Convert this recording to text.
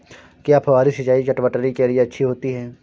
क्या फुहारी सिंचाई चटवटरी के लिए अच्छी होती है?